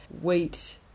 wheat